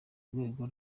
rwego